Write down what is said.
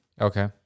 Okay